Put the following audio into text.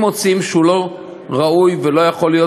אם מוצאים שהוא לא ראוי ולא יכול להיות